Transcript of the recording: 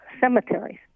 cemeteries